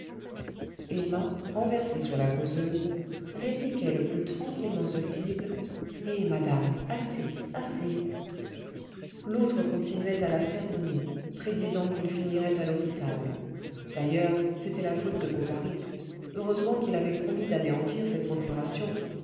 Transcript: emma renversée sur la causeuse répliquait le plus tranquillement possible eh madame assez assez l'autre continuait à la sermonner prédisant qu'ils finiraient à l'hôpital d'ailleurs c'était la faute de bovary heureusement qu'il avait promis d'anéantir cette procuration